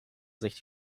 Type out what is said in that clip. sich